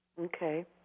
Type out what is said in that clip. Okay